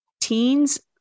teens